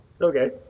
Okay